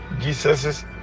Jesus